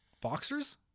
Boxers